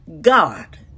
God